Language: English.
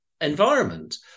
environment